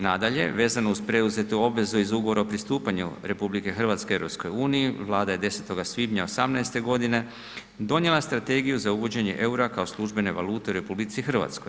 Nadalje, vezano uz preuzetu obvezu iz Ugovora o pristupanju RH EU, Vlada je 10. svibnja '18.g. donijela strategiju za uvođenje EUR-a kao službene valute u RH.